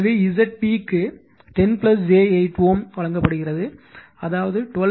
எனவே Zp க்கு 10 j 8 Ω வழங்கப்படுகிறது அதாவது 12